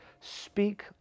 Speak